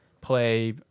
play